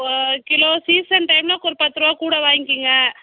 ஆ kilo season டைம்மில் ஒரு பத்துரூவா கூட வாங்கிக்கங்க